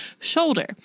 shoulder